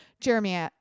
jeremy